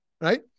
right